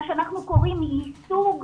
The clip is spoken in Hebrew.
מה שאנחנו קוראים ייצוג,